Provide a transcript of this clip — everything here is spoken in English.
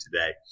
today